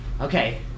Okay